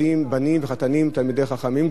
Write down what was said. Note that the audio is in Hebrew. בנים וחתנים תלמידי חכמים גדולים,